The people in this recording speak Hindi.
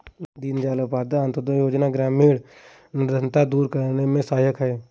दीनदयाल उपाध्याय अंतोदय योजना ग्रामीण निर्धनता दूर करने में सहायक है